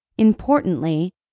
Importantly